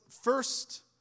first